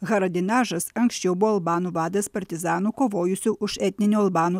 haradinažas anksčiau buvo albanų vadas partizanų kovojusių už etninių albanų